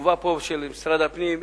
התגובה פה, של משרד הפנים,